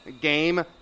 game